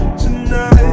tonight